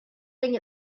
thing